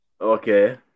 Okay